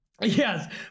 Yes